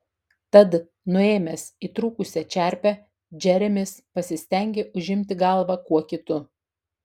tad nuėmęs įtrūkusią čerpę džeremis pasistengė užimti galvą kuo kitu